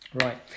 Right